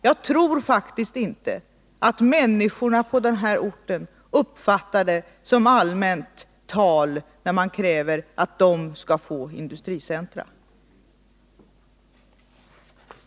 Jag tror faktiskt inte att människorna där uppfattar kravet på att industricentra förläggs till dessa orter som allmänt tal.